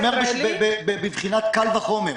אני אומר בבחינת קל וחומר.